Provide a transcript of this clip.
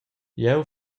jeu